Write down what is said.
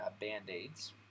band-aids